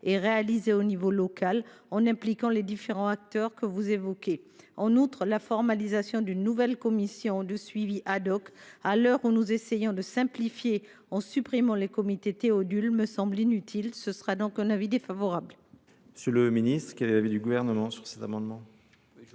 et réalisé au niveau local, en impliquant les différents acteurs que vous évoquez. En outre, la formalisation d’une nouvelle commission de suivi, à l’heure où nous essayons de simplifier en supprimant les comités Théodule, me semble inutile. La commission est donc défavorable à cet amendement. Quel est l’avis du Gouvernement ? Monsieur